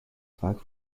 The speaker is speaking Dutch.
vaak